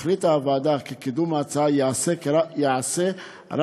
החליטה הוועדה כי קידום ההצעה ייעשה רק